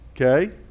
Okay